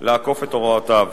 לעקוף את הוראותיו,